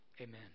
Amen